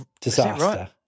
disaster